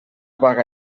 vaga